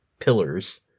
pillars